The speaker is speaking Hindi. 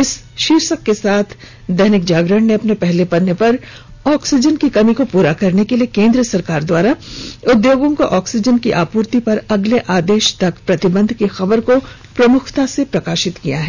इस शीर्षक के साथ दैनिक जागरण ने अपने पहले पन्ने पर ऑक्सीजन की कमी को पूरा करने के लिए केन्द्र सरकार द्वारा उद्योगों को ऑक्सीजन की आपूर्ति पर अगले आदेश तक प्रतिबंध की खबर को प्रमुखता से प्रकाशित किया है